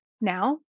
Now